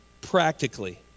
practically